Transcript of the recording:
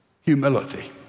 Humility